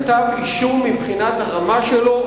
אישום מבחינת הרמה שלו,